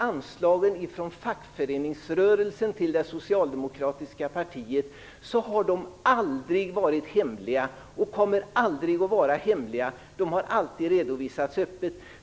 Anslagen från fackföreningsrörelsen till det socialdemokratiska partiet har aldrig varit hemliga och kommer aldrig att vara hemliga. De har alltid redovisats öppet.